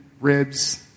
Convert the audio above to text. ribs